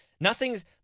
Nothing's